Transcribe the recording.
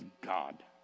God